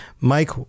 Mike